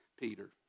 Peter